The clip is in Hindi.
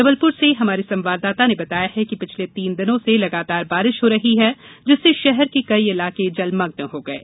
जबलपुर से हमारे संवाददाता ने बताया है कि पिछले तीन दिनों से लगातार बारिश हो रही है जिससे शहर के कई इलाके जलमग्न हो गये